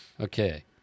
Okay